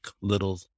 little